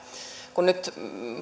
kun nyt